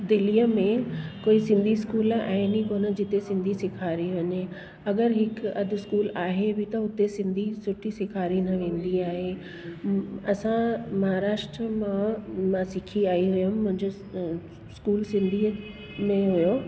दिल्लीअ में कोइ सिंधी स्कूल आहिनि ई कोन्ह जिते सिंधी सेखारी वञे अगरि हिकु अधि स्कूल आहे बि त उते सिंधी सुठी सेखारी न वेंदी आहे असां महाराष्ट्र मां मां सिखी आई हुयमि मुंहिंजो स्कूल सिंधीअ में हुयो